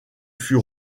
fut